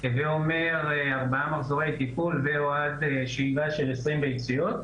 הווה אומר 4 מחזורי טיפול ו/או עד שאיבה של 20 ביציות.